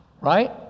right